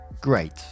Great